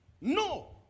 No